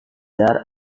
belajar